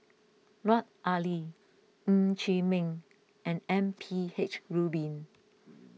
Lut Ali Ng Chee Meng and M P H Rubin